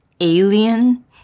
alien